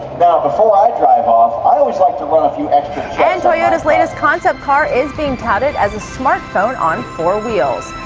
now, before i drive off, i always like to run a few extra. and toyota's latest concept car is being touted as a smartphone on four wheels.